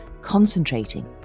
concentrating